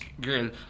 girl